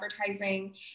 advertising